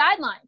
guidelines